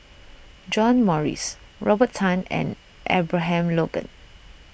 John Morrice Robert Tan and Abraham Logan